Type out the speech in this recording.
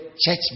church